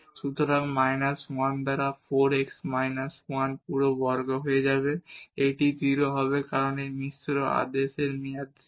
সুতরাং মাইনাস 1 দ্বারা 4 x minus 1 পুরো বর্গ হয়ে যাবে এটি 0 হবে কারণ এই মিশ্র আদেশের মেয়াদ 0